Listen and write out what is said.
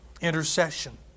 intercession